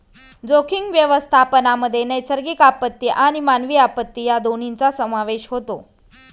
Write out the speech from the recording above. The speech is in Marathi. जोखीम व्यवस्थापनामध्ये नैसर्गिक आपत्ती आणि मानवी आपत्ती या दोन्हींचा समावेश होतो